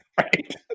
Right